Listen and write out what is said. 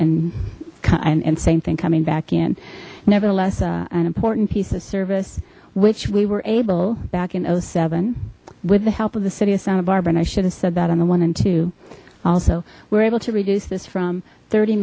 and in same thing coming back in nevertheless an important piece of service which we were able back in no seven with the help of the city of santa barbara and i should have said that on the one and two also we were able to reduce this from thirty